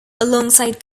alongside